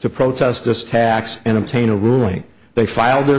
to protest this tax and obtain a ruling they filed